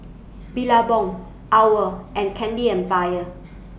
Billabong OWL and Candy Empire